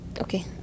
Okay